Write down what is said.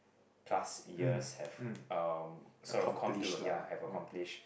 plus years have um sort of comb to ya have accomplished